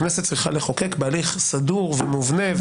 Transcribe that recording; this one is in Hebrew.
הכנסת צריכה לחוקק בהליך סדור ומובנה וטוב.